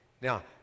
Now